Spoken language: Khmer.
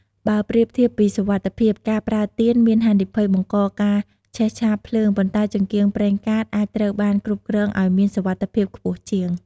បើប្រៀបធៀបពីសុវត្ថិភាព ការប្រើទៀនមានហានិភ័យបង្កការឆេះឆាបភ្លើង ប៉ុន្តែចង្កៀងប្រេងកាតអាចត្រូវបានគ្រប់គ្រងឱ្យមានសុវត្ថិភាពខ្ពស់ជាង។